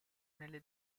nelle